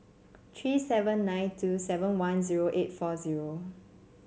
three seven nine two seven one zero eight four zero